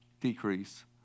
decrease